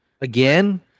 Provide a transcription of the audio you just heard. Again